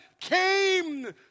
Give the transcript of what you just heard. came